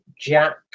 Jack